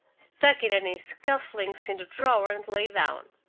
stuck it and his cuff links in the drawer and lay down.